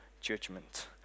judgment